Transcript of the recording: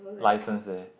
license eh